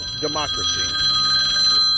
democracy